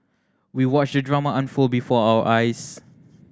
we watched the drama unfold before our eyes